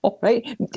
Right